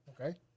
Okay